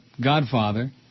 Godfather